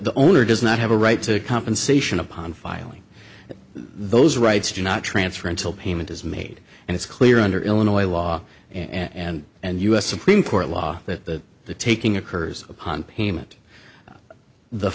owner does not have a right to compensation upon filing those rights do not transfer until payment is made and it's clear under illinois law and and us supreme court law that the taking occurs upon payment the